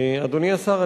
אדוני השר,